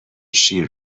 شیر